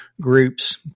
groups